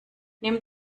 nimm